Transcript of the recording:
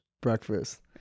breakfast